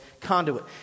conduit